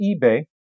eBay